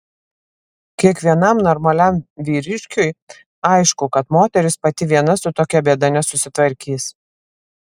kiekvienam normaliam vyriškiui aišku kad moteris pati viena su tokia bėda nesusitvarkys